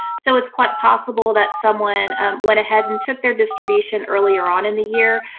so it's quite possible that someone went ahead and took their distribution earlier on in the year.